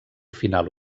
final